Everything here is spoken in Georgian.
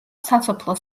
სასოფლო